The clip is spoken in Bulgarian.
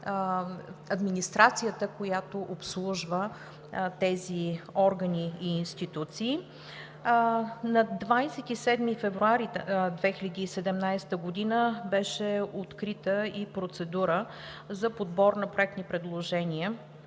администрацията, която обслужва тези органи и институции. На 27 февруари 2017 г. беше открита и процедура за подбор на проектни предложения,